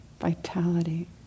vitality